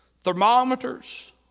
Thermometers